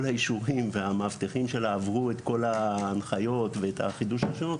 האישורים והמאבטחים שלה עברו את כל ההנחיות ואת חידוש הרישיונות,